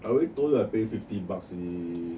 I already told you I pay fifty bucks already